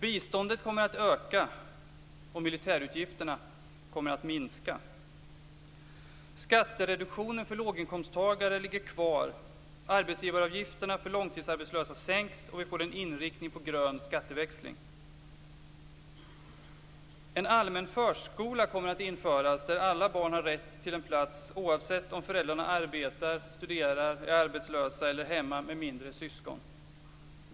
Biståndet kommer att öka, och militärutgifterna kommer att minska. Skattereduktionen för låginkomsttagare ligger kvar. Arbetsgivaravgifterna för långtidsarbetslösa sänks, och vi får en inriktning mot grön skatteväxling. En allmän förskola kommer att införas, där alla barn har rätt till en plats oavsett om föräldrarna arbetar, studerar, är arbetslösa eller hemma med yngre syskon.